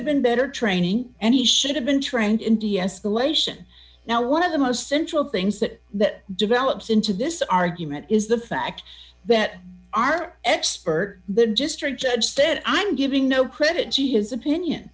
have been better training and he should have been trained in deescalation now one of the most central things that that develops into this argue that is the fact that our expert but just her judge said i'm giving no credit to his opinion